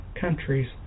countries